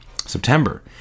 september